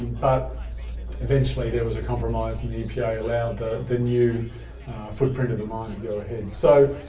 but eventually there was compromise and the epa allowed the the new footprint of the mine to go ahead. so,